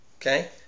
Okay